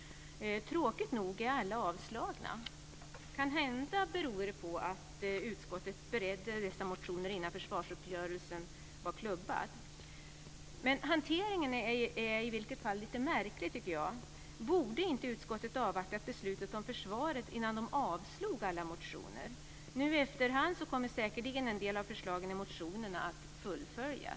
Tråkigt nog är alla avstyrkta. Kanhända beror det på att utskottet beredde dessa motioner innan försvarsuppgörelsen var klubbad. Hanteringen av dessa motioner är i vissa fall lite märklig, tycker jag. Borde inte utskottet ha avvaktat beslutet om försvaret innan man avstyrkte alla motioner? Nu i efterhand kommer säkerligen en del av förslagen i motionerna att genomföras.